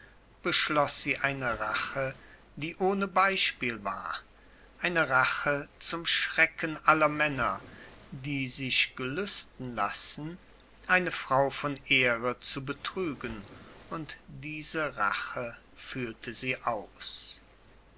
beschloß sie eine rache die ohne beispiel war eine rache zum schrecken aller männer die sich gelüsten lassen eine frau von ehre zu betrügen und diese rache führte sie aus